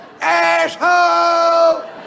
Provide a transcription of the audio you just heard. Asshole